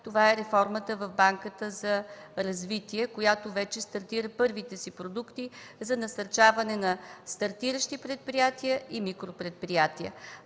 е реформата на Банката за развитие, която вече стартира първите си продукти за насърчаване на стартиращи предприятия и микропредприятия.